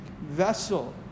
vessel